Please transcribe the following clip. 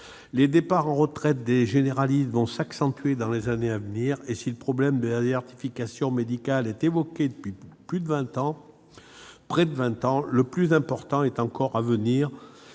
Les départs à la retraite des généralistes vont s'accentuer dans les prochaines années. Si le problème de la désertification médicale est évoqué depuis près de vingt ans, le plus important est encore à venir